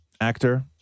Actor